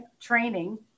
training